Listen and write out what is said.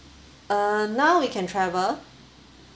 uh now we can travel